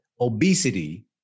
obesity